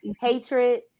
hatred